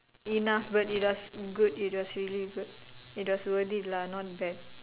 enough but it was good it was really good it was worth it lah not bad